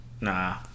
Nah